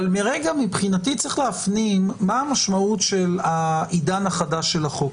מבחינתי צריך להפנים מה המשמעות של העידן החדש של החוק.